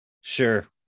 sure